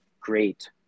great